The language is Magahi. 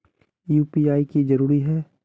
यु.पी.आई की जरूरी है?